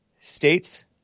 states